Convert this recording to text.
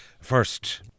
First